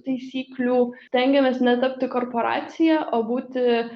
taisyklių stengiamės netapti korporacija o būti